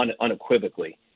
unequivocally